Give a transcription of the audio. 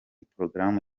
porogaramu